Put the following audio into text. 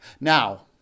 Now